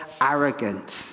arrogant